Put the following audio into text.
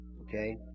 Okay